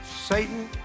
Satan